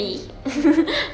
mm mm